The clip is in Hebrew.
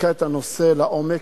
בדקה את הנושא לעומק.